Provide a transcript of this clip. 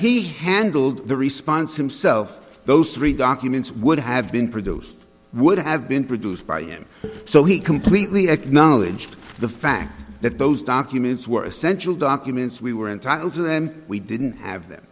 he handled the response himself those three documents would have been produced would have been produced by him so he completely acknowledged the fact that those documents were essential documents we were entitled to them we didn't have them